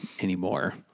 anymore